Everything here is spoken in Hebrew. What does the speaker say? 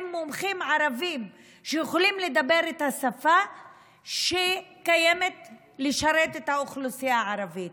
עם מומחים ערבים שיכולים לדבר את השפה כדי לשרת את האוכלוסייה הערבית.